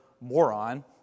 moron